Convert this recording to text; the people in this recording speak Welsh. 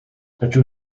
rydw